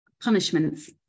punishments